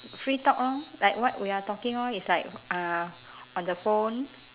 free talk lor like what we are talking lor is like uh on the phone